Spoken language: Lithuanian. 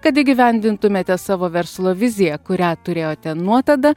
kad įgyvendintumėte savo verslo viziją kurią turėjote nuo tada